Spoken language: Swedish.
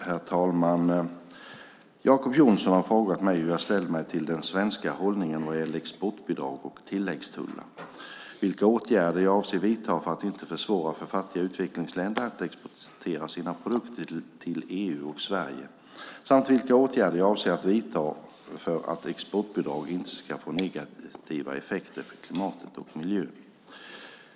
Herr talman! Jacob Johnson har frågat mig hur jag ställer mig till den svenska hållningen vad gäller exportbidrag och tilläggstullar, vilka åtgärder jag avser att vidta för att inte försvåra för fattiga utvecklingsländer att exportera sina produkter till EU och Sverige samt vilka åtgärder jag avser att vidta för att exportbidraget inte ska få negativa effekter för klimatet och miljön.